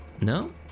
No